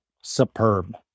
Superb